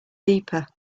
deeper